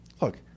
Look